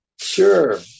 Sure